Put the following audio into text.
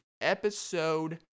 episode